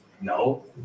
No